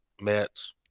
mets